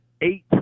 eight